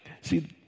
See